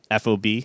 fob